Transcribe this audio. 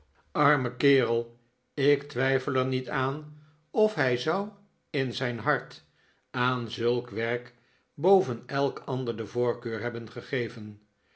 arme kerel ik twijfel er niet aan of hij zou in zijn hart aan zulk werk boven elk ander de voorkeur hebben gegeven